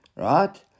Right